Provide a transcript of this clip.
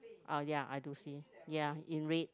ah ya I do see ya in red